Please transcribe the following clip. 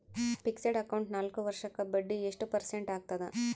Fixed account ನಾಲ್ಕು ವರ್ಷಕ್ಕ ಬಡ್ಡಿ ಎಷ್ಟು ಪರ್ಸೆಂಟ್ ಆಗ್ತದ?